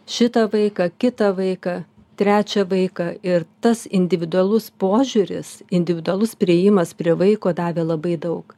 šitą vaiką kitą vaiką trečią vaiką ir tas individualus požiūris individualus priėjimas prie vaiko davė labai daug